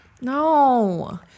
No